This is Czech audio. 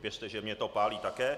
Věřte, že mě to pálí také.